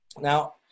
Now